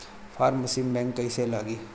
Form machine bank कईसे लागी?